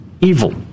evil